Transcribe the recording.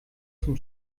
zum